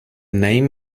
name